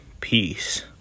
Peace